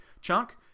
Chunk